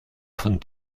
von